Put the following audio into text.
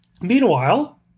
Meanwhile